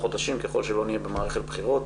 חודשים ככל שלא נהיה במערכת בחירות.